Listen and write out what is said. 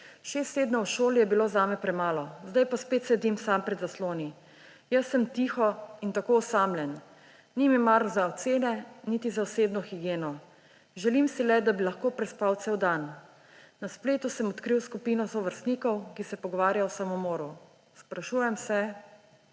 Šest tednov v šoli je bilo zame premalo. Zdaj pa spet sedim sam pred zasloni. Jaz sem tiho in tako osamljen. Ni mi mar za ocene niti za osebno higieno. Želim si le, da bi lahko prespal cel dan. Na spletu sem odkril skupino sovrstnikov, ki se pogovarjajo o samomoru. Sprašujem se